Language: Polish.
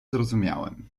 zrozumiałem